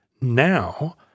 now